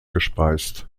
gespeist